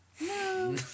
No